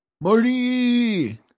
Marty